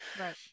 Right